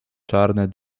czarne